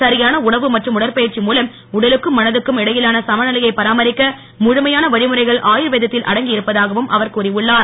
சரியான உணவு மற்றும் உடற்பயிற்சி மூலம் உடலுக்கும் மனதுக்கும் இடையிலான சமநிலையை பராமரிக்க முழுமையான வழிமுறைகள் ஆயுர்வேதத்தில் அடங்கி இருப்பதாகவும் அவர் கூறி உள்ளார்